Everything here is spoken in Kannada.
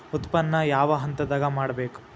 ಉತ್ಪನ್ನ ಯಾವ ಹಂತದಾಗ ಮಾಡ್ಬೇಕ್?